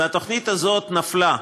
והתוכנית הזאת נפלה,